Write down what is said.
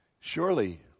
Surely